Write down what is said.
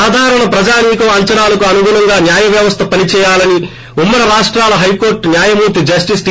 సాధారణ ప్రజానీకం అంచనాలకు అనుగుణంగా న్యాయవ్యవస్థ పని చేయాలని ఉమ్మడి రాష్టాల హైకోర్టు న్యాయమూర్తి జస్లిస్ టి